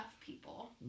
people